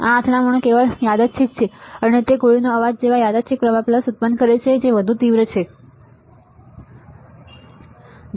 આ અથડામણો કેવળ યાલચ્છિક છે અને તે ગોળીનો અવાજ જેવા જ યાદચ્છિક પ્રવાહ પલ્સ ઉત્પન્ન કરે છે પરંતુ વધુ તીવ્ર બરાબર છે